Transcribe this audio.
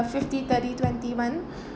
fifty thirty twenty [one]